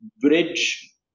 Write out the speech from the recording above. bridge